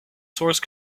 source